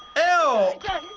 oh